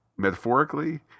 Metaphorically